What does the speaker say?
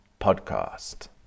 podcast